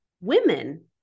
Women